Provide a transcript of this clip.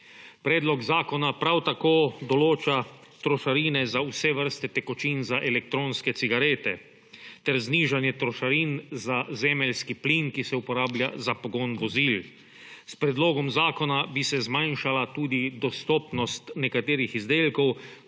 Predlog zakona prav tako določa trošarine za vse vrste tekočin za elektronske cigarete ter znižanje trošarin za zemeljski plin, ki se uporablja za pogon vozil. S predlogom zakona bi se zmanjšala tudi dostopnost nekaterih izdelkov,